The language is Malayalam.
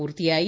പൂർത്തിയായി